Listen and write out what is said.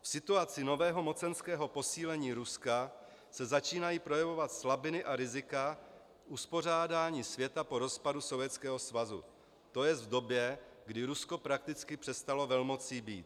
V situaci nového mocenského posílení Ruska se začínají projevovat slabiny a rizika uspořádání světa po rozpadu Sovětského svazu, to jest v době, kdy Rusko prakticky přestalo velmocí být.